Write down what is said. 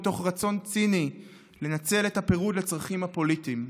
מתוך רצון ציני לנצל את הפירוד לצרכים הפוליטיים.